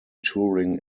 touring